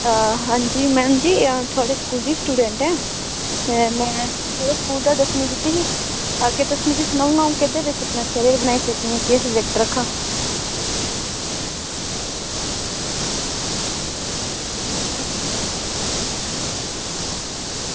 आं जी मैम जी अं'ऊ थुआढ़े स्कूलै दी स्टूडेंट ऐं में थुआढ़े स्कूल दा दसमीं कीती ही अग्गें तुस मिगी सनाओ अं'ऊ केह्दे बिच अपना करियर बनाई सकनी ते केह्ड़े सब्जैक्ट रक्खांऽ